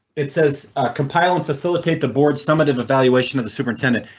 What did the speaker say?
it says compile and facilitate the board summative evaluation of the superintendent.